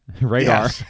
Radar